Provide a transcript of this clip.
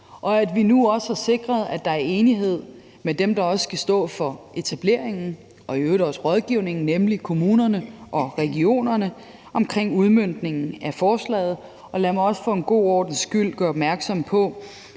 og at vi nu også sikrer, at der er enighed med dem, der også skal stå for etableringen og i øvrigt også rådgivningen, nemlig kommunerne og regionerne, omkring udmøntningen af forslaget. Og lad mig også for en god ordens skyld gøre opmærksom på,